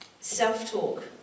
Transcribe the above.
Self-talk